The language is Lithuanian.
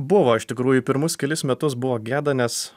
buvo iš tikrųjų pirmus kelis metus buvo gėda nes